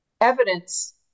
evidence